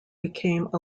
became